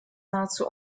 nahezu